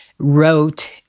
Wrote